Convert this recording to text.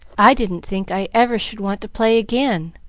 i didn't think i ever should want to play again,